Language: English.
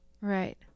Right